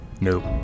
Nope